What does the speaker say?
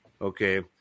okay